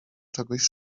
czegoś